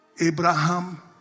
Abraham